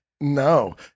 No